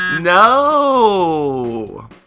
No